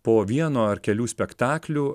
po vieno ar kelių spektaklių